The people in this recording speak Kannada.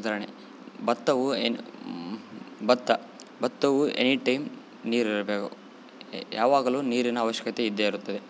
ಉದಾಹರ್ಣೆ ಬತ್ತವು ಏನು ಬತ್ತ ಬತ್ತವು ಎನೀಟೈಮ್ ನೀರು ಬೇಕು ಯಾವಾಗಲು ನೀರಿನ ಅವಶ್ಯಕತೆ ಇದ್ದೇ ಇರುತ್ತದೆ